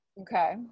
okay